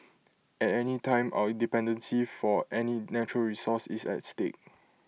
at any time our dependency for any natural resource is at stake